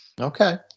Okay